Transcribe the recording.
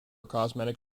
cosmetic